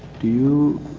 do you,